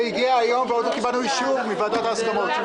זה הגיע היום ועוד לא קיבלנו אישור מוועדת ההסכמות.